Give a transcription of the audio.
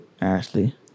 Ashley